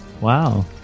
Wow